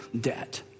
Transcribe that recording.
debt